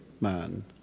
man